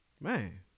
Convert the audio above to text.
Man